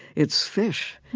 it's fish.